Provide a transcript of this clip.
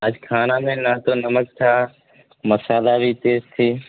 آج کھانا میں نہ تو نمک تھا مسالہ بھی تیز تھی